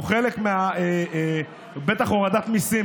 ואת זה אולי אתם לא יודעים,